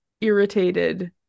irritated